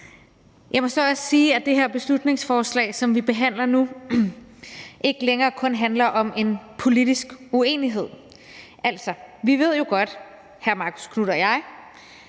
Jeg må så også sige, at det her beslutningsforslag, som vi behandler nu, ikke længere kun handler om en politisk uenighed. Vi ved jo godt, at hr. Marcus Knuth og jeg,